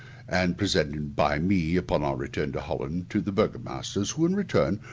and presented by me, upon our return to holland, to the burgomasters, who, in return,